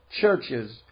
churches